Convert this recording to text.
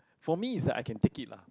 for me is like I can take it lah